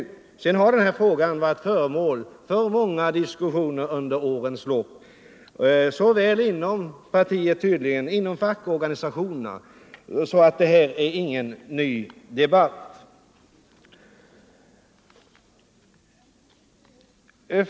Därefter har denna fråga under årens lopp varit föremål för många diskussioner inom såväl partierna som fackorganisationerna. Det är alltså inte någon ny debatt vi nu för.